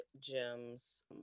gems